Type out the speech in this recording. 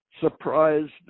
surprised